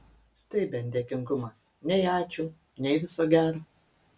tai bent dėkingumas nei ačiū nei viso gero